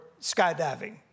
skydiving